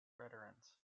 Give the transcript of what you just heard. veterans